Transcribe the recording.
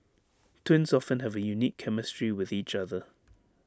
twins often have A unique chemistry with each other